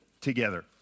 together